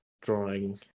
drawing